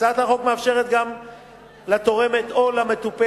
הצעת החוק מאפשרת גם לתורמת או למטופלת